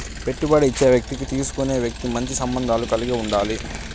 పెట్టుబడి ఇచ్చే వ్యక్తికి తీసుకునే వ్యక్తి మంచి సంబంధాలు కలిగి ఉండాలి